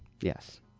yes